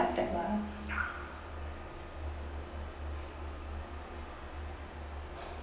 that lah